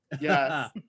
Yes